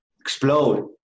explode